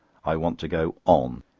i want to go on.